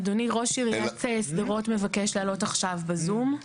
אדוני, ראש עיריית שדרות מבקש לעלות עכשיו בזום.